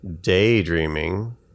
Daydreaming